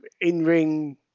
in-ring